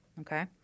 okay